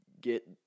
get